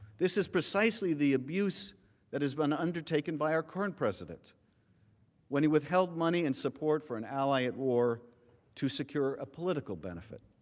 this is precisely the abuse that has been undertaken by our current president when he withheld money and support for an ally at war to secure a political benefit.